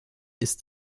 ist